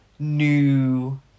new